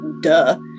duh